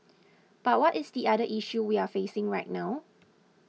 but what is the other issue we're facing right now